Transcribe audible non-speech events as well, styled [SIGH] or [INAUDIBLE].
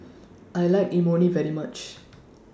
[NOISE] I like Imoni very much